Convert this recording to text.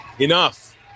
Enough